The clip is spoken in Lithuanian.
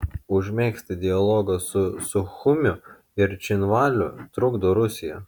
užmegzti dialogą su suchumiu ir cchinvaliu trukdo rusija